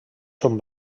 són